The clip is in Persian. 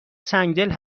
سنگدل